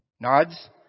Nods